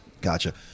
gotcha